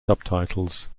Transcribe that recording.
subtitles